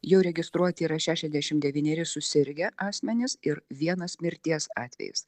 jau registruoti yra šešiasdešimt devyneri susirgę asmenys ir vienas mirties atvejis